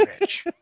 rich